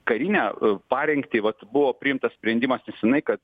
karinę parengtį vat buvo priimtas sprendimas nesenai kad